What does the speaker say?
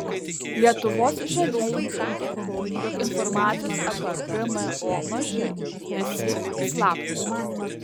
lietuvos žalieji teigia jog informacijos apie gmo mažai nes ji įslaptinta